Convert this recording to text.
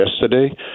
yesterday